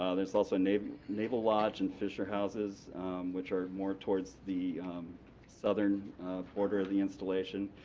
ah there's also naval naval lodge and fisher houses which are more towards the southern border of the installation,